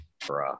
Bruh